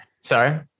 Sorry